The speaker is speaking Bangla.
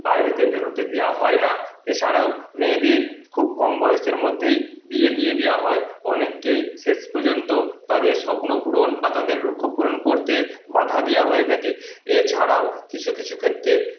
বাইরেতে বেরোতে দেওয়া হয় না এছাড়াও মেয়েদের খুব কম বয়সের মধ্যেই বিয়ে দিয়ে দেওয়া হয় অনেককেই শেষ পর্যন্ত তাদের স্বপ্ন পূরণ বা তাদের লক্ষ্য পূরণ করতে বাধা দেওয়া হয়ে থাকে এছাড়াও কিছু কিছু ক্ষেত্রে